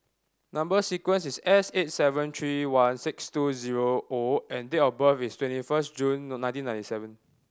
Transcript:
number sequence is S eight seven three one six two zero O and date of birth is twenty first June nineteen ninety seven